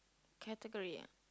category ah